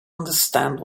understand